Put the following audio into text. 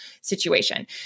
situation